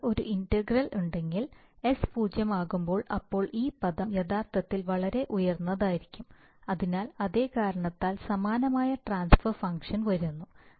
നിങ്ങൾക്ക് ഒരു ഇന്റഗ്രൽ ഉണ്ടെങ്കിൽ s പൂജ്യമാകുമ്പോൾ അപ്പോൾ ഈ പദം യഥാർത്ഥത്തിൽ വളരെ ഉയർന്നതായിരിക്കും അതിനാൽ അതേ കാരണത്താൽ സമാനമായ ട്രാൻസ്ഫർ ഫംഗ്ഷൻ വരുന്നു